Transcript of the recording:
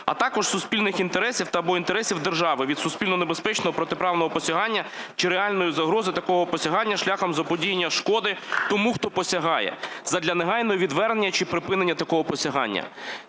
а також суспільних інтересів або інтересів держави від суспільно небезпечного протиправного посягання чи реальної загрози такого посягання шляхом заподіяння шкоди тому, хто посягає, задля негайного відвернення чи припинення такого посягання.